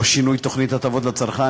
או שינוי תוכנית הטבות לצרכן),